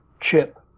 chip